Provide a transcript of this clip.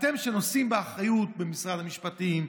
אתם שנושאים באחריות במשרד המשפטים,